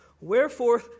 wherefore